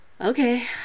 okay